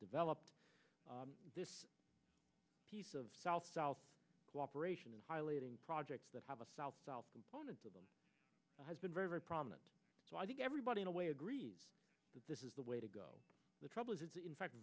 developed this piece of south south cooperation and highlighting projects that have a south south to them has been very very prominent so i think everybody in a way agrees that this is the way to go the trouble is in fact